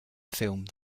filmed